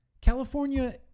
California